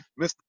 Mr